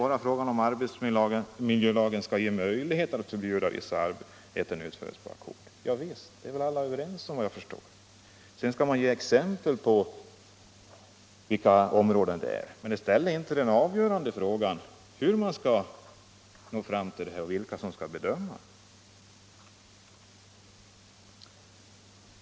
Att arbetsmiljölagen skall ge möjlighet att förbjuda att vissa arbetsmoment ackordsätts är väl alla överens om, vad jag förstår. Men det ger inget svar på den avgörande frågan: Hur skall man nå detta resultat och vilka skall göra bedömningen?